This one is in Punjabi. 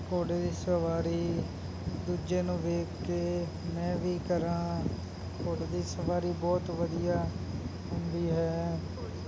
ਘੋੜੇ ਦੀ ਸਵਾਰੀ ਦੂਜੇ ਨੂੰ ਵੇਖ ਕੇ ਮੈਂ ਵੀ ਕਰਾਂ ਘੋੜੇ ਦੀ ਸਵਾਰੀ ਬਹੁਤ ਵਧੀਆ ਹੁੰਦੀ ਹੈ